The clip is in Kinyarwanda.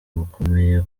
bukomeye